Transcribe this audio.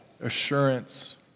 assurance